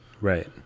Right